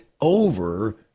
over